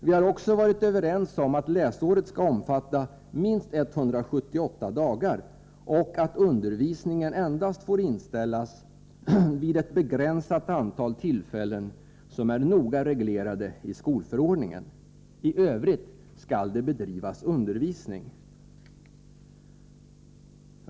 Vi har också varit överens om att läsåret skall omfatta minst 178 dagar och att undervisningen endast får inställas vid ett begränsat antal tillfällen, som är noga reglerade i skolförordningen. I övrigt skall det bedrivas undervisning.